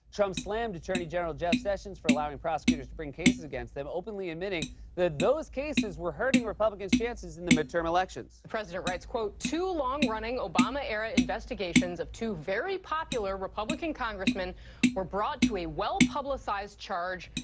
trump slammed attorney general jeff sessions for allowing prosecutors to bring cases against them. openly admitting that those cases were hurting republicans' chances in the midterm elections. the president writes, quote, two long-running, obama era, investigations of two very popular republican congressmen were brought to a well-publicized charge,